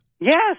Yes